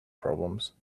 problems